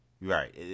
right